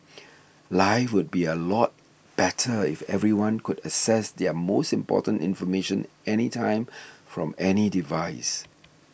life would be a lot better if everyone could access their most important information anytime from any device